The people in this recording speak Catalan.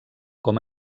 com